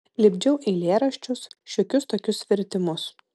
lipdžiau eilėraščius šiokius tokius vertimus